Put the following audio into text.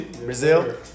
Brazil